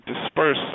disperse